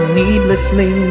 needlessly